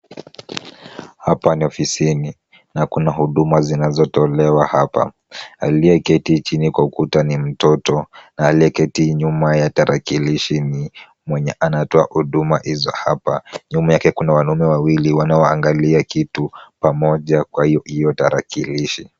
Hapa ni ofisini na kuna huduma zinazotolewa hapa. Aliyeketi chini kwa ukuta ni mtoto na aliyeketi nyuma ya tarakilishi ni mwenye anatoa huduma hizo hapa. Nyuma yake kuna wanaume wawili wanaoangalia kitu pamoja kwa hiyo tarakilishi.